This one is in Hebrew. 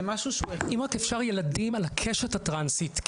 אם רק אפשר להגיד ילדים על הקשת הטרנסית,